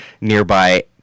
nearby